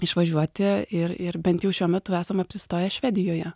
išvažiuoti ir ir bent jau šiuo metu esam apsistoję švedijoje